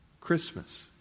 Christmas